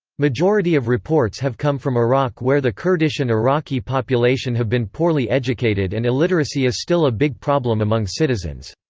majority of reports have come from iraq where the kurdish and iraqi population have been poorly educated and illiteracy is still a big problem among citizens.